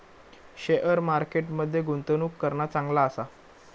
share market मध्ये गुंतवणूक करणा चांगला आसा